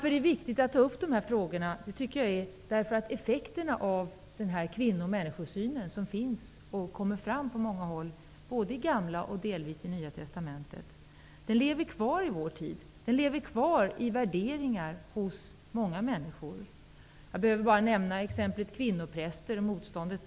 Det är viktigt att ta upp dessa frågor, eftersom effekterna av den kvinno och människosyn som kommer fram på många håll i Gamla testamentet men även i Nya testamentet lever kvar i vår tid. Den lever kvar i värderingar hos många människor. Jag behöver bara nämna motståndet mot kvinnliga präster som ett exempel.